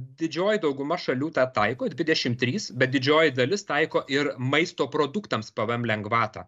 didžioji dauguma šalių tą taiko dvidešim trys bet didžioji dalis taiko ir maisto produktams pvm lengvatą